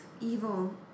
evil